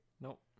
nope